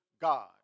God